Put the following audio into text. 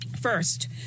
First